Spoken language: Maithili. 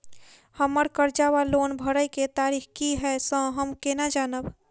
हम्मर कर्जा वा लोन भरय केँ तारीख की हय सँ हम केना जानब?